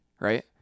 right